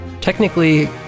technically